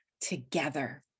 together